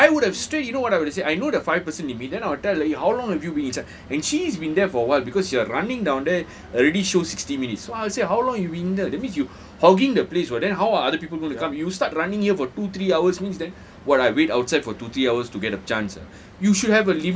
ya no I would have straight you know what I would have said I know the five person limit then I'll tell the lady eh how long have you been inside and she's been there for awhile because you are running down there really show sixty minutes so I'll say how long you been here that means you hogging the place [what] then how are other people going to come you start running here for two three hours means then what I wait outside for two three hours to get a chance ah